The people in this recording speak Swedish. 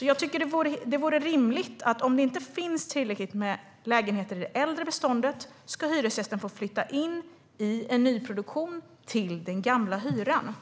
Jag tycker att det vore rimligt att om det inte finns tillräckligt med lägenheter i det äldre beståndet ska hyresgästen få flytta in i nyproduktion till den gamla hyran.